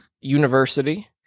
University